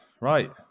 Right